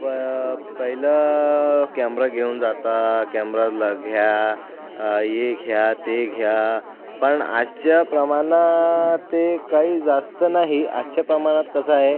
प पहिलं कॅमरा घेऊन जाता कॅमराजला घ्या हे घ्या ते घ्या पण आजच्या प्रमाणं ते काही जास्त नाही आजच्या प्रमाणात कसं आहे